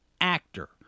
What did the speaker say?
actor